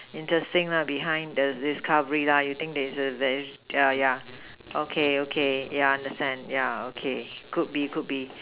interesting behind the discovery you think they yeah okay okay yeah I understand yeah okay could be could be